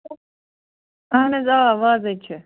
اہَن حَظ آ وَازے چھِ